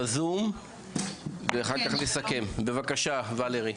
זילכה, בבקשה ולרי.